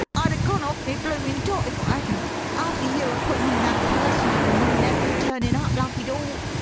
i'd a gone off me bloomin' dot if i hadn't after you a-puttin' in that personal and him never a-turnin' up like he'd ort.